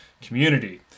community